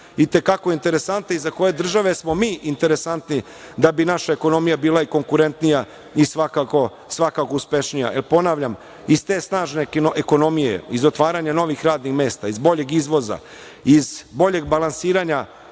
i te kako interesantne i za koje države smo mi interesantni da bi naša ekonomija bila konkurentnija i svakako uspešnija. Ponavljam, iz te snažne ekonomije, iz otvaranja novih radnih mesta, iz boljeg izvoza iz boljeg balansiranja